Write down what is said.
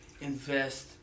invest